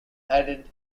added